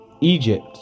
Egypt